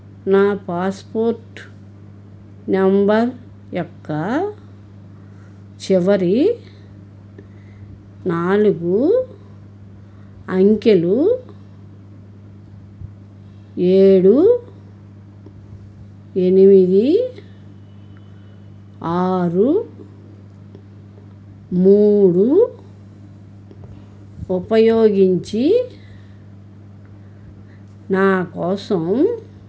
నా passport number యొక్క చివరి నాలుగు అంకెలు ఏడు ఎనిమిది ఆరు మూడు ఉపయోగించి నా కోసం